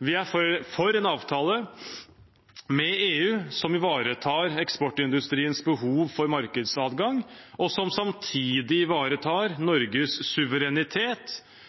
Vi er for en avtale med EU som ivaretar eksportindustriens behov for markedsadgang, og som samtidig ivaretar Norges suverenitet.